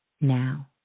now